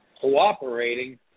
cooperating